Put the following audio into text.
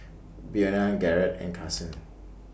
Buena Garett and Carsen